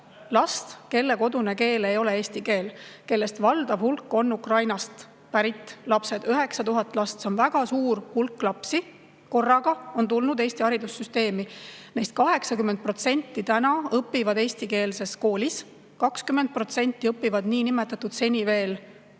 last, kelle kodune keel ei ole eesti keel ja kellest valdav hulk on Ukrainast pärit lapsed. 9000 last, see on väga suur hulk lapsi, on korraga on tulnud Eesti haridussüsteemi. Neist 80% õpib täna eestikeelses koolis, 20% õpib seni veel venekeelses koolis.